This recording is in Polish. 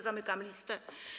Zamykam listę.